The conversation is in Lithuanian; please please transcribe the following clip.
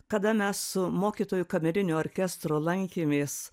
kada mes su mokytoju kamerinio orkestro lankėmės